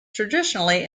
traditionally